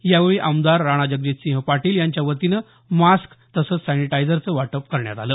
यावेळी आमदार राणाजगजितसिंह पाटील यांच्या वतीनं मास्क तसंच सॅनिटायझरचं वाटप करण्यात आलं